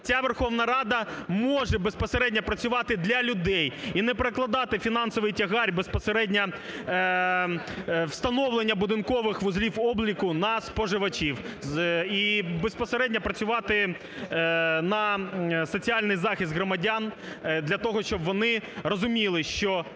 ця Верховна Рада може безпосередньо працювати для людей і не перекладати фінансовий тягар безпосередньо встановлення будинкових вузлів обліку на споживачів і безпосередньо працювати на соціальний захист громадян для того, щоб вони розуміли, що